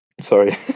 Sorry